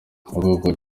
nyabugogo